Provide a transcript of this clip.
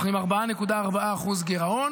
אנחנו עם 4.4% גירעון